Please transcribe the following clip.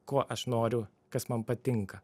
ko aš noriu kas man patinka